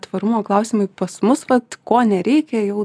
tvarumo klausimai pas mus vat ko nereikia jau